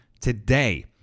today